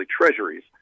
treasuries